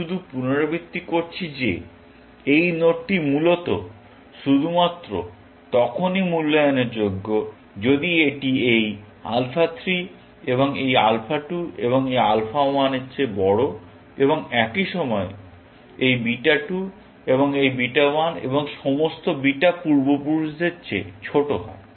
আমি শুধু পুনরাবৃত্তি করছি যে এই নোডটি মূলত শুধুমাত্র তখনই মূল্যায়নের যোগ্য যদি এটি এই আলফা 3 এবং এই আলফা 2 এবং এই আলফা 1 এর চেয়ে বড় এবং একই সময়ে এই বিটা 2 এবং এই বিটা 1 এবং সমস্ত বিটা পূর্বপুরুষ এর চেয়ে ছোট হয়